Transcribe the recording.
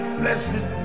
blessed